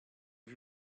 vue